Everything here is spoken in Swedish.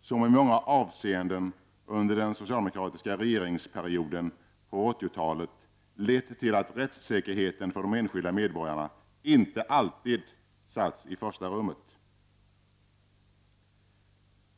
som i många avseenden under den socialdemokratiska regeringsperioden på 1980-talet lett till att rättssäkerheten för de enskilda medborgarna inte alltid satts i första rummet.